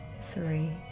three